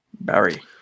Barry